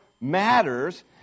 matters